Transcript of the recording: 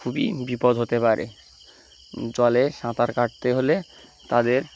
খুবই বিপদ হতে পারে জলে সাঁতার কাটতে হলে তাদের